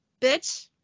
Bitch